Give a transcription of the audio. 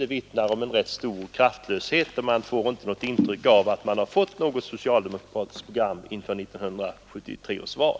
Det vittnar om rätt stor kraftlöshet, och jag får ett intryck av att vi inte har fått något socialdemokratiskt program inför 1973 års val.